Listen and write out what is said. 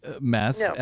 mess